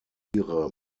ihre